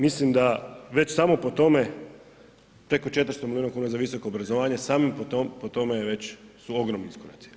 Mislim da već samo po tome preko 400 milijuna kuna za visoko obrazovanje, samim po tome je već, su ogromni iskoraci.